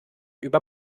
über